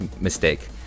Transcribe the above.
mistake